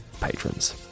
patrons